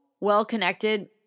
well-connected